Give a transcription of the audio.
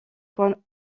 points